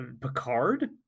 Picard